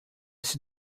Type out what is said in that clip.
see